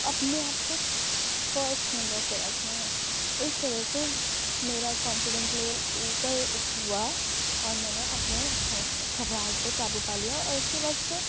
اپنے آپ کو فسٹ نمبر پہ رکھنا ہے اس طرح سے میرا کانفیڈنٹ لیول اوپر ہوا اور میں نے اپنے گھبراہٹ پہ قابو پا لیا اور اس کے بعد سے